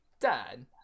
Dan